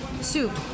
soup